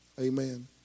Amen